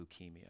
leukemia